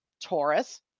Taurus